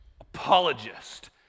apologist